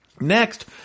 Next